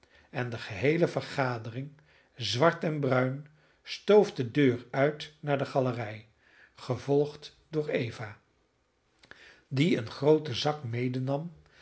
en de geheele vergadering zwart en bruin stoof de deur uit naar de galerij gevolgd door eva die een grooten zak medenam